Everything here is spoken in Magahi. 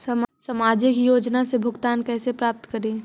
सामाजिक योजना से भुगतान कैसे प्राप्त करी?